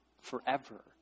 forever